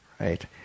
right